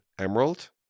emerald